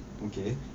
okay